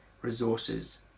resources